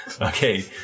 Okay